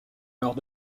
lors